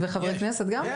וחברי כנסת גם?